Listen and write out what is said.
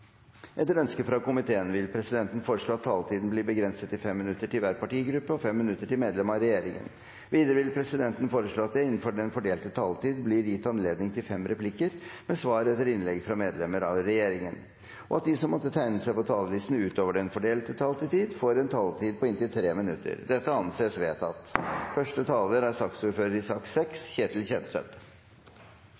Etter ønske fra helse- og omsorgskomiteen vil presidenten foreslå at taletiden blir begrenset til 5 minutter til hver partigruppe og 5 minutter til medlem av regjeringen. Videre vil presidenten foreslå at det blir gitt anledning til fem replikker med svar etter innlegg fra medlemmer av regjeringen innenfor den fordelte taletid, og at de som måtte tegne seg på talerlisten utover den fordelte taletid, får en taletid på inntil 3 minutter. – Det anses vedtatt. En god dag i